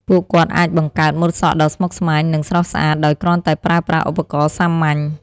ពួកគាត់អាចបង្កើតម៉ូតសក់ដ៏ស្មុគស្មាញ និងស្រស់ស្អាតដោយគ្រាន់តែប្រើប្រាស់ឧបករណ៍សាមញ្ញ។